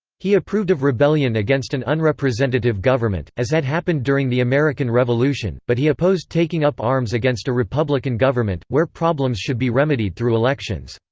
he approved of rebellion against an unrepresentative government, as had happened during the american revolution, but he opposed taking up arms against a republican government, where problems should be remedied through elections.